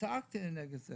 צעקתי נגד זה